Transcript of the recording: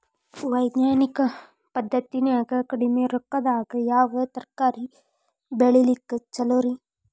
ವೈಜ್ಞಾನಿಕ ಪದ್ಧತಿನ್ಯಾಗ ಕಡಿಮಿ ರೊಕ್ಕದಾಗಾ ಯಾವ ತರಕಾರಿ ಬೆಳಿಲಿಕ್ಕ ಛಲೋರಿ?